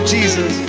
Jesus